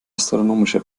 astronomische